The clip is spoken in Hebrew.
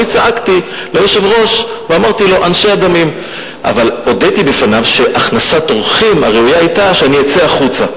אבל יזכור אדוני שהישיבה היתה צריכה להסתיים לפני שלוש דקות.